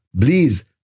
please